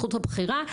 זכות הבחירה,